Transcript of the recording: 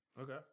Okay